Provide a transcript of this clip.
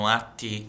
atti